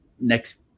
next